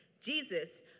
Jesus